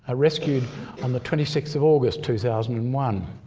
ah rescued on the twenty sixth of august two thousand and one.